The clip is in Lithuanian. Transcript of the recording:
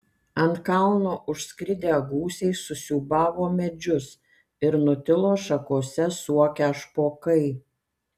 ant kalno užskridę gūsiai susiūbavo medžius ir nutilo šakose suokę špokai